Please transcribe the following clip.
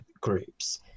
groups